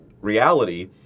reality